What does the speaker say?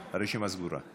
הרשימה סגורה.